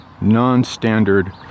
non-standard